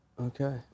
Okay